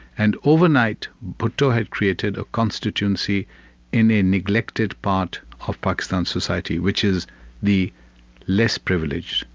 and overnight bhutto had created a constituency in a neglected part of pakistan society, which is the less privileged,